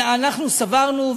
אנחנו סברנו,